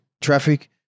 traffic